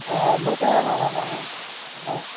अँ अँ म त्यहाँ अँ